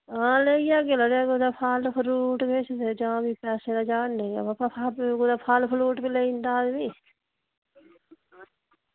ते लेई जाह्गे फल फ्रूट ते पैसे ते भी चाढ़ने गै न ते भी कुदै फल फ्रूट बी लेई जंदा आदमी